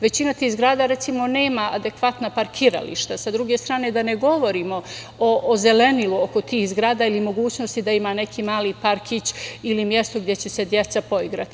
Većina tih zgrada nema adekvatna parkirališta, sa druge strane da ne govorim o zelenilu oko tih zgrada ili mogućnosti da ima neki mali parkić ili mesto gde će se deca poigrati.